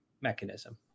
mechanism